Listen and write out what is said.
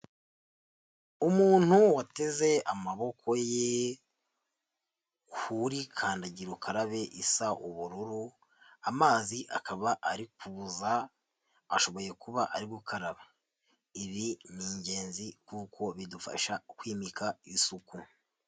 Umuntu wateze amaboko ye kuri kandagira ukarabe isa ubururu, amazi akaba ari kuza, ashoboye kuba ari gukaraba, ibi ni ingenzi kuko bidufasha kwimika isuku.